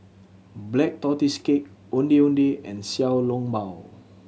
Black Tortoise Cake Ondeh Ondeh and Xiao Long Bao